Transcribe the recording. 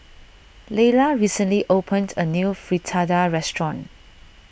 Lela recently opened a new Fritada restaurant